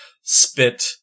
spit